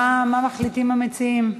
מה מחליטים המציעים?